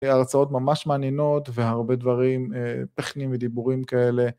הרצאות ממש מעניינות והרבה דברים, טכניים, דיבורים כאלה.